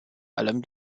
allem